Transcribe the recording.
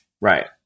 Right